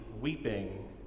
weeping